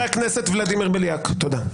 חבר הכנסת ולדימיר בליאק, תודה.